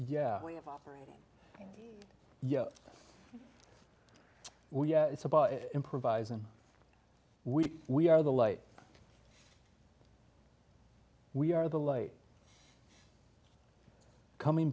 yeah yeah well yeah it's about improvising we we are the light we are the light coming